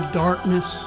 darkness